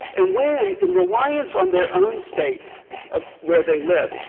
and when, in reliance on their own state ah where they live,